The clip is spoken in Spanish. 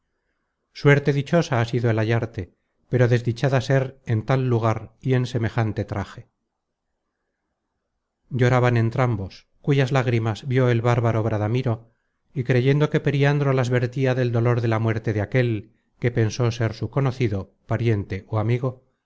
suerte dichosa ha sido el hallarte pero desdichada ser en tal lugar y en semejante traje lloraban entrambos cuyas lágrimas vió el bárbaro bradamiro y creyendo que periandro las vertia del dolor de la muerte de aquel que pensó ser su conocido pariente ó amigo